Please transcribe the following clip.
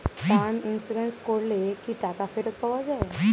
Term insurance করলে কি টাকা ফেরত পাওয়া যায়?